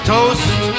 Toast